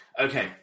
Okay